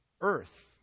earth